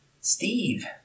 Steve